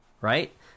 right